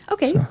Okay